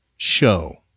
Show